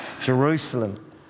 Jerusalem